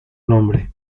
nombre